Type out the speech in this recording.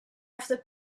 after